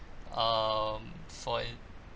um for it